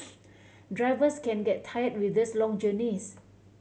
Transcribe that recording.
drivers can get tire with these long journeys